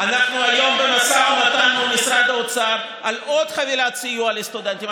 אנחנו היום במשא ומתן מול משרד האוצר על עוד חבילת סיוע לסטודנטים.